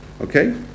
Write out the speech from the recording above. Okay